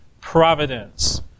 providence